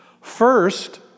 First